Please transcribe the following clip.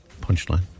punchline